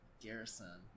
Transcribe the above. Garrison